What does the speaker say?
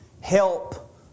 Help